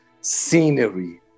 scenery